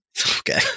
Okay